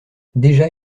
déjà